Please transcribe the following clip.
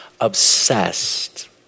obsessed